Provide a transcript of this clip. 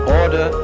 order